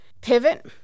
pivot